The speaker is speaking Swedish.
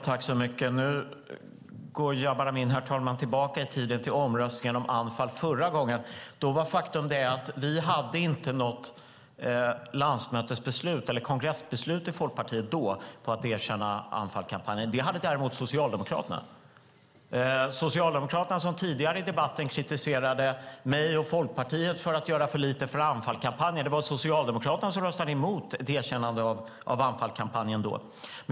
Herr talman! Nu går Jabar Amin tillbaka i tiden till omröstningen om Anfal förra gången. Faktum är att vi inte hade något landsmötes eller kongressbeslut i Folkpartiet då på att erkänna Anfalkampanjen. Det hade däremot Socialdemokraterna. Socialdemokraterna kritiserade tidigare i debatten mig och Folkpartiet för att göra för lite för Anfalkampanjen. Men det var Socialdemokraterna som då röstade emot ett erkännande av Anfalkampanjen.